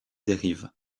dérives